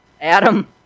Adam